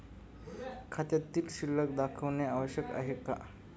खात्यातील शिल्लक दाखवणे आवश्यक आहे का?